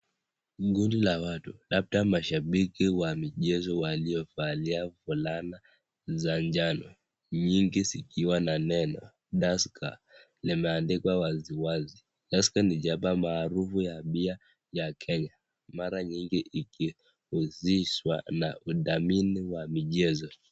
Kundi la watu au labda mashabiki wa mchezo waliovalia fulana za njano. Nyingi zikiwa na neno Tusker, limeandikwa waziwazi. Tusker ni chapa maarufu ya bia ya Kenya. Mara nyingi ikihusishwa na udhamini wa michezo.